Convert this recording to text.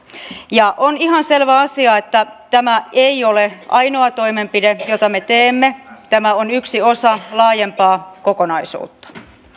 on ihan selvä asia että tämä ei ole ainoa toimenpide jota me teemme tämä on yksi osa laajempaa kokonaisuutta pyydän